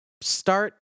start